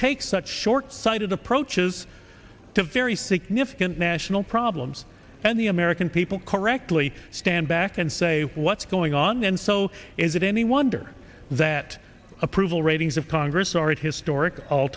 take such short sighted approaches to very significant national problems and the american people correctly stand back and say what's going on and so is it any wonder that approval ratings of congress are at historic all